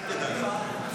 העגלה שלכם תכף מתרסקת.